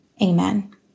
Amen